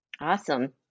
Awesome